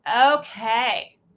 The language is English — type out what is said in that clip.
Okay